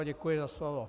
Děkuji za slovo.